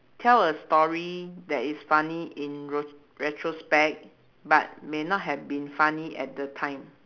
tell a story that is funny in re~ retrospect but may not have been funny at the time